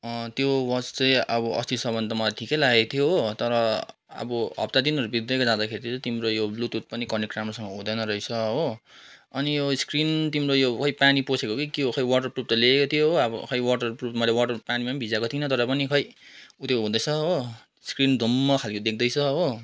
त्यो वाच चाहिँ अब अस्तिसम्म त मलाई ठिकै लागेको थियो हो तर अब हप्ता दिनहरू बित्दै जाँदाखेरि त तिम्रो यो ब्लुतुथ पनि राम्रोसँग कनेक्ट हुँदैन रहेछ हो अनि यो स्क्रिन तिम्रो यो खै पानी पसेको हो कि के हो खै वाटरप्रुफ त लेखेकोे थियो हो अब खै वाटरप्रुफ मैले वाटर पानीमा पनि भिजाएको थिइनँ तर पनि खै उत्यो हुँदैछ हो स्क्रिन धुम्म खाल्को देख्दैछ हो